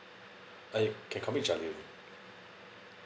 uh can call me jaleo